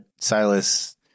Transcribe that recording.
Silas